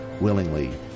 willingly